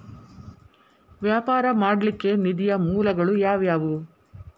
ವ್ಯಾಪಾರ ಮಾಡ್ಲಿಕ್ಕೆ ನಿಧಿಯ ಮೂಲಗಳು ಯಾವ್ಯಾವು?